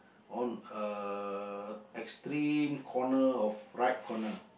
on uh extreme corner of right corner